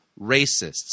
racists